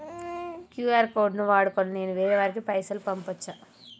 QR code ను వాడుకొని నేను వేరే వారికి పైసలు పంపచ్చా?